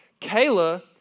Kayla